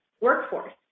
workforce